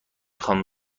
خوام